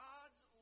God's